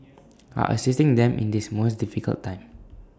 are assisting them in this most difficult time